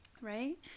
right